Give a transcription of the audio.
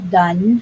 done